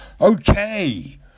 okay